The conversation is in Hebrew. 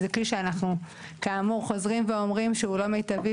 זה כלי שאנחנו כאמור חוזרים ואומרים שהוא לא מיטבי,